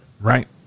Right